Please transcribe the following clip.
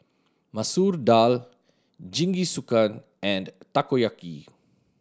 Masoor Dal Jingisukan and Takoyaki